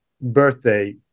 birthday